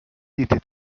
diente